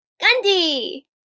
Gandhi